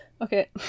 Okay